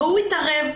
הוא התערב,